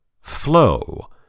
Flow